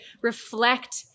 reflect